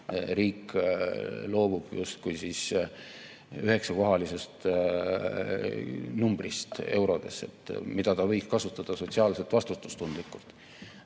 riik loobub justkui üheksakohalisest [summast] eurodes, mida ta võiks kasutada sotsiaalselt vastutustundlikult.